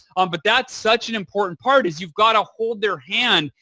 um but that's such an important part is you've got to hold their hand,